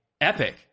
epic